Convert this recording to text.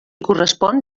correspon